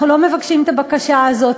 אנחנו לא מבקשים את הבקשה הזאת.